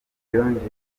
yongeyeho